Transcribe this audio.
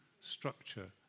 structure